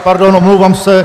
Pardon, omlouvám se.